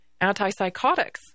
antipsychotics